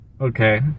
Okay